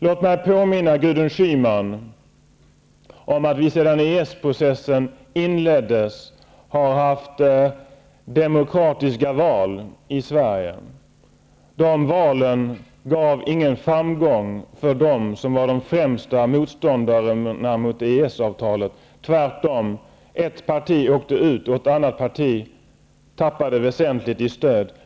Låt mig påminna Gudrun Schyman om att vi, sedan EES-processen inleddes, har haft demokratiska val i Sverige. De valen gav ingen framgång för dem som var de främsta motståndarna till EES-avtalet, tvärtom. Ett parti åkte ut ur riksdagen och ett annat parti tappade väsenligt stöd från väljarna.